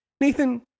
Nathan